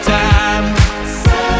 time